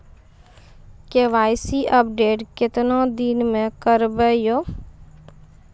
KYC update केतना दिन मे करेबे यो?